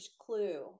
clue